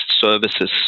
services